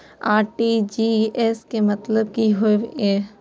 RTGS के मतलब की होय ये?